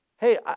hey